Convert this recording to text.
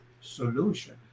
solution